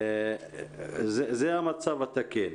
זה המצב התקין.